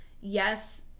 yes